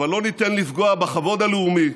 אבל לא ניתן לפגוע בכבוד הלאומי,